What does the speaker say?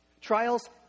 Trials